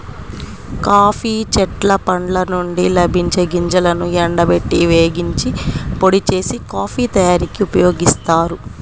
coffee చెట్ల పండ్ల నుండి లభించే గింజలను ఎండబెట్టి, వేగించి, పొడి చేసి, కాఫీ తయారీకి ఉపయోగిస్తారు